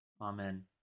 Amen